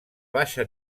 baixa